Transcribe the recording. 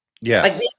Yes